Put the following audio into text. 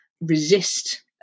resist